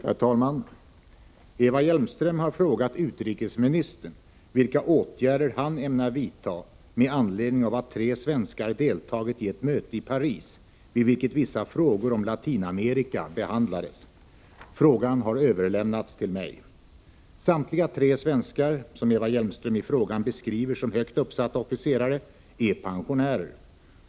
Herr talman! Eva Hjelmström har frågat utrikesministern vilka åtgärder han ämnar vidta med anledning av att tre svenskar deltagit i ett möte i Paris, vid vilket vissa frågor om Latinamerika behandlades. Frågan har överlämnats till mig. Samtliga tre svenskar — som Eva Hjelmström i frågan beskriver som högt — Nr 95 uppsatta officerare — är pensionärer.